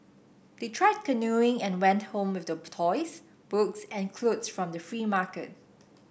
they tried canoeing and went home with the toys books and clothes from the free market